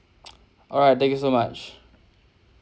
all right thank you so much